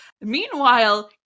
Meanwhile